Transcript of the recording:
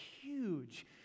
huge